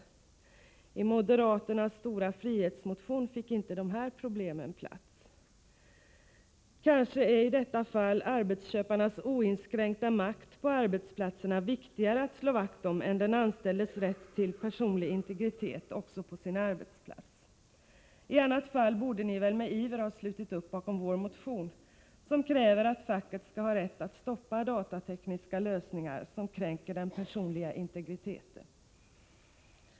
I moderaternas stora frihetsmotion fick inte de här problemen plats. Kanske är i detta fall arbetsköparnas oinskränkta makt på arbetsplatserna viktigare att slå vakt om än den anställdes rätt till personlig integritet också på sin arbetsplats. I annat fall borde ni väl med iver ha slutit upp bakom vår motion, i vilken krävs att facket skall ha rätt att stoppa datatekniska lösningar som kränker den personliga integriteten.